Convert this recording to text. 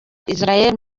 israel